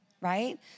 right